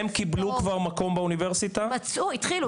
הם קיבלו כבר מקום באוניברסיטה התחילו,